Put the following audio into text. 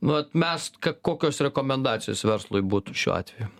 nu vat mes ka kokios rekomendacijos verslui būtų šiuo atveju